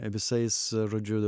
visais žodžiu